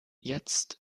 jetzt